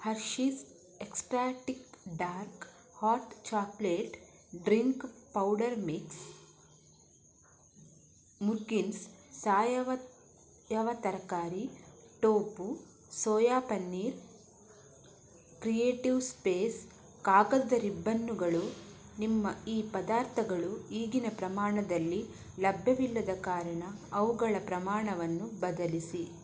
Hershey's ecstatic dark hot chocolate drink powder mix ಮುರ್ಗಿನ್ಸ್ ಸಾರವತ್ ಯಾವ ತರಕಾರಿ tofu soya paneer creative space ಕಾಗದದ ರಿಬ್ಬನ್ನುಗಳು ನಿಮ್ಮ ಈ ಪದಾರ್ಥಗಳು ಈಗಿನ ಪ್ರಮಾಣದಲ್ಲಿ ಲಭ್ಯವಿಲ್ಲದ ಕಾರಣ ಅವುಗಳ ಪ್ರಮಾಣವನ್ನು ಬದಲಿಸಿ